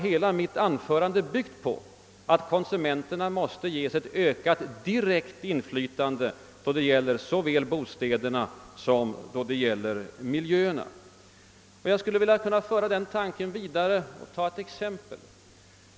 Hela mitt anförande var byggt på att konsumenterna måste ges ett ökat direkt inflytande då det gäller såväl bostäder som miljö. Jag skulle vilja föra den tanken vidare och ta ett exempel.